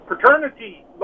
fraternity